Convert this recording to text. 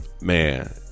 Man